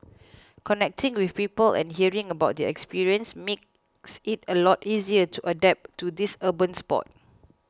connecting with people and hearing about their experience makes it a lot easier to adapt to this urban sport